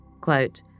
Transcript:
Quote